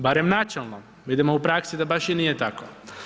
Barem načelno, vidimo da u praksi da baš i nije tako.